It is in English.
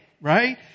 right